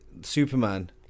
Superman